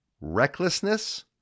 recklessness